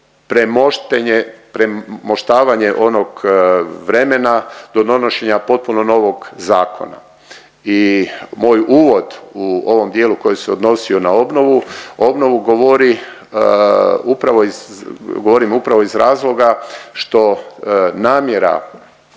premoštavanje onog vremena do donošenja potpuno novog zakona. I moj uvod u ovom dijelu koji se odnosio na obnovu, obnovu govori upravo iz, govorim